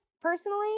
Personally